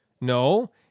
No